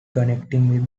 connecting